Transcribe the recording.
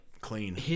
Clean